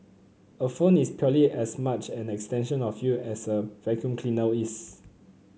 a phone is purely as much an extension of you as a vacuum cleaner is